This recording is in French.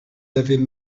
avaient